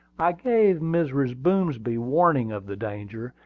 i gave mrs. boomsby warning of the danger,